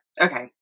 okay